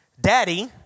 Daddy